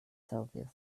celsius